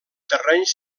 terrenys